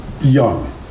young